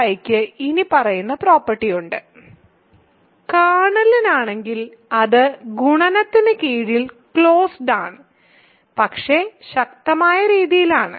kernel ϕ യ്ക്ക് ഇനിപ്പറയുന്ന property ഉണ്ട് കേർണലിലാണെങ്കിൽ അത് ഗുണനത്തിന് കീഴിൽ ക്ലോസ്ഡ് ആണ് പക്ഷേ ശക്തമായ രീതിയിലാണ്